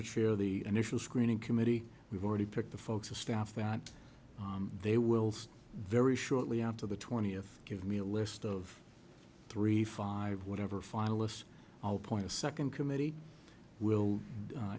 to share the initial screening committee we've already picked the folks of staff out they will very shortly out of the twentieth give me a list of three five whatever finalists i'll point to second committee will